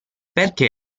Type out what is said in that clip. perché